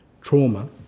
trauma